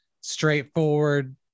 straightforward